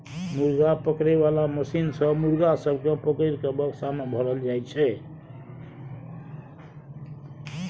मुर्गा पकड़े बाला मशीन सँ मुर्गा सब केँ पकड़ि केँ बक्सा मे भरल जाई छै